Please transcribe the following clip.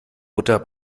butter